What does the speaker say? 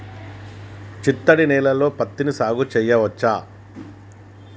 చిత్తడి నేలలో పత్తిని సాగు చేయచ్చా?